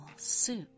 soup